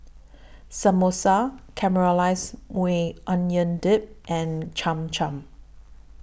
Samosa Caramelized Maui Onion Dip and Cham Cham